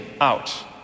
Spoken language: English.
out